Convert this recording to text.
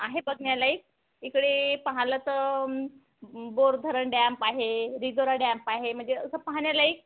आहे बघण्यालायक इकडे पाहिलं तर बोर धरण डॅम्प आहे रिधोरा डॅम्प आहे म्हणजे असं पाहण्यालायक